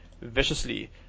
viciously